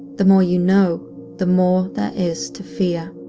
the more you know the more there is to fear.